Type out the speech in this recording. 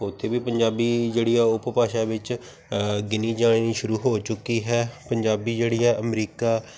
ਉੱਥੇ ਵੀ ਪੰਜਾਬੀ ਜਿਹੜੀ ਆ ਉਪਭਾਸ਼ਾ ਵਿੱਚ ਗਿਣੀ ਜਾਣੀ ਸ਼ੁਰੂ ਹੋ ਚੁੱਕੀ ਹੈ ਪੰਜਾਬੀ ਜਿਹੜੀ ਹੈ ਅਮਰੀਕਾ